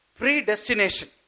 predestination